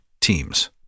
teams